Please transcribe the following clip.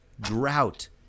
drought